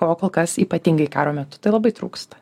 ko kol kas ypatingai karo metu tai labai trūksta